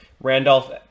Randolph